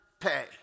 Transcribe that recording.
pay